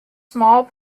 small